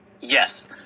Yes